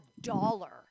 dollar